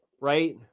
right